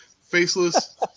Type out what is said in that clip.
faceless